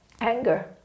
anger